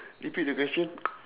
repeat the question